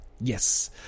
yes